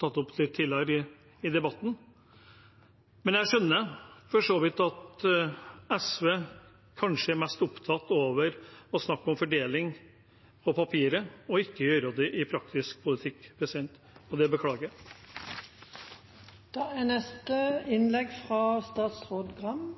tatt opp tidligere i debatten. Men jeg skjønner for så vidt at SV kanskje er mest opptatt av å snakke om fordeling på papiret og ikke av å gjøre det i praktisk politikk, og det beklager jeg. Det